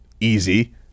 easy